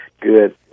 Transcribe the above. good